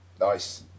Nice